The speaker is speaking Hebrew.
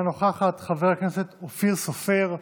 אינה נוכחת, חבר הכנסת אופיר סופר,